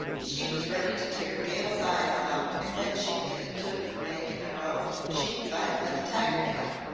she was ready to tear gals eyes out, an' when she'd get took for makin' a row she'd fight like a tiger cat.